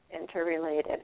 interrelated